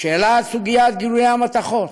בשאלת סוגיית גלאי המתכות,